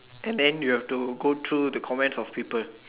and then you have to go through the comments of people